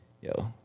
yo